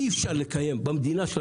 אי-אפשר לקיים במדינה שלנו